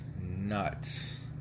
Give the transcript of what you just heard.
nuts